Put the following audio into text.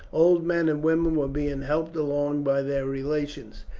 old men and women were being helped along by their relations.